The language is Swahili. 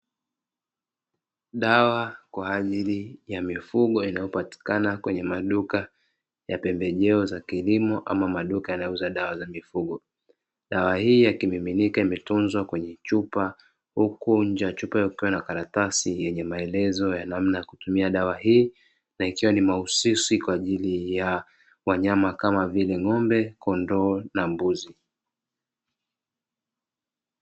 Dawa kwa ajili ya mifugo, inayopatikana kwenye maduka ya pembejeo za kilimo ama maduka yanayouza dawa za mifugo. Dawa hii ya kimiminika imetunzwa kwenye chupa, huku nje ya chupa hiyo kukiwa na karatasi yenye maelezo ya namna ya kutumia dawa hii, na ikiwa ni mahususi kwa ajili ya wanyama kama vile ng'ombe, kondoo na mbuzi.